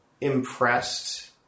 impressed